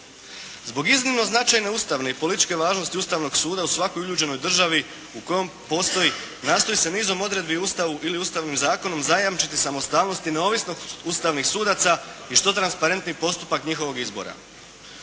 Zbog iznimno značajne ustavne i političke važnosti Ustavnog suda u svakoj uljuđenoj državi u kojoj postoji nastoji se nizom odredbi u Ustavu ili Ustavnim zakonom zajamčiti samostalnost i neovisnost ustavnih sudaca i što transparentniji postupak njihovog izbora.